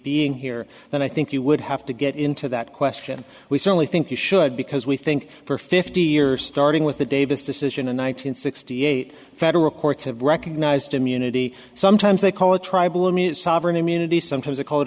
being here then i think you would have to get into that question we certainly think you should because we think for fifty years starting with the davis decision in one nine hundred sixty eight federal courts have recognized immunity sometimes they call a tribal immediate sovereign immunity sometimes they call it